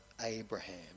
Abraham